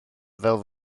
fel